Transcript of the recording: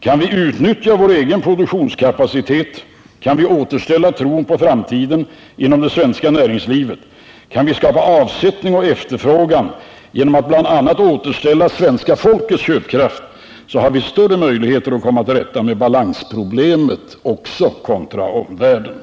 Kan vi utnyttja vår egen produktionskapacitet, kan vi återställa tron på framtiden inom det svenska näringslivet och kan vi skapa avsättning och efterfrågan genom att bl.a. återställa svenska folkets köpkraft så har vi större möjligheter att komma till rätta med balansproblemet också kontra omvärlden.